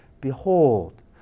Behold